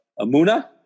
Amuna